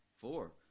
Four